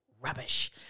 Rubbish